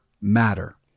matter